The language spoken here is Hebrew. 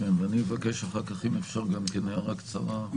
אני מבקש אחר כך גם להעיר הערה קצרה.